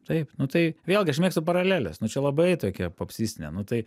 taip nu tai vėlgi aš mėgstu paraleles na čia labai tokia popsistinė nu tai